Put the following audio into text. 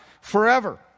forever